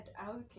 out